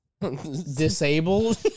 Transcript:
disabled